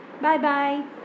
bye-bye